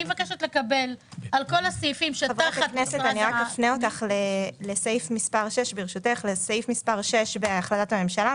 רק אפנה אותך לסעיף מס' 6 בהחלטת הממשלה,